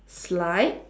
slide